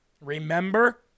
Remember